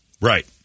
right